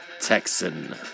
Texan